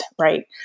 Right